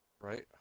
right